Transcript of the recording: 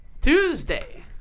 Tuesday